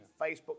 Facebook